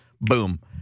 Boom